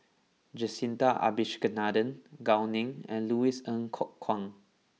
Jacintha Abisheganaden Gao Ning and Louis Ng Kok Kwang